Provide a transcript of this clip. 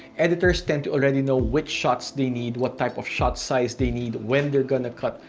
editors tend to already know which shots they need, what type of shot size they need, when they're gonna cut,